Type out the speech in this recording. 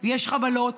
יש חבלות,